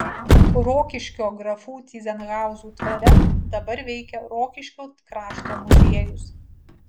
rokiškio grafų tyzenhauzų dvare dabar veikia rokiškio krašto muziejus